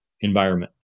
environment